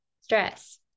stress